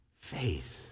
faith